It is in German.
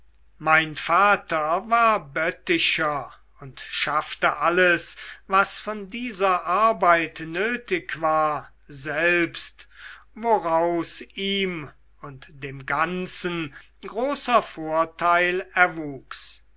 mein vater war bötticher und schaffte alles was von dieser arbeit nötig war selbst woraus ihm und dem ganzen großer vorteil erwuchs